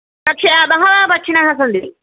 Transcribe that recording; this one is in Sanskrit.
पक्षि बहवः पक्षिणः सन्ति